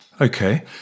Okay